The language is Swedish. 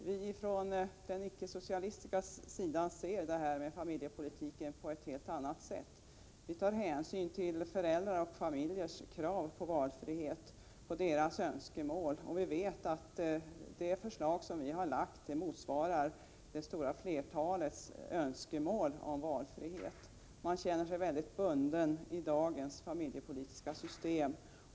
Vi från den icke-socialistiska sidan ser familjepolitiken på ett helt annat sätt. Vi tar hänsyn till föräldrars och familjers krav på valfrihet och till deras önskemål. Vi vet att det förslag som vi har lagt fram motsvarar det stora flertalets önskemål om valfrihet. Man känner sig väldigt bunden i dagens familjepolitiska system.